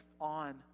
on